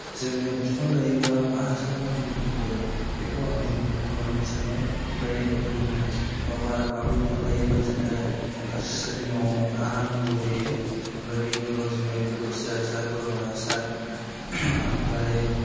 जोंनो बिफां गायोब्ला मा हासार नांगौ बेखौ आं बुं बुंलांनो सानबाय ओमफ्राय माबा बानलु बिफां गायोबा जोंनो फार्स्ट स्टार्टिंआव हा नांगौ जायो ओमफ्राय बिनि उनाव जोंनो गोबोरखि हासार बोरमा हासार ओमफ्राय